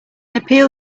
appeal